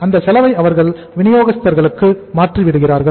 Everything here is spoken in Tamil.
அந்த செலவை அவர்கள் விநியோகஸ்தர்களுக்கு மாற்றி விடுகிறார்கள்